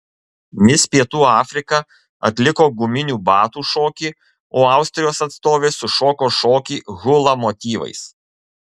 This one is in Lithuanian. mis pietų afrika atliko guminių batų šokį o austrijos atstovė sušoko šokį hula motyvais